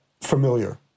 familiar